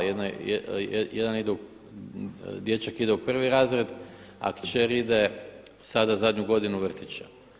Jedan ide, dječak ide u prvi razred, a kćer ide sada zadnju godinu vrtića.